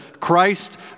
Christ